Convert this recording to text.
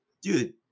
dude